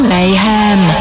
Mayhem